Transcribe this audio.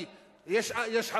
כי יש "חמאס".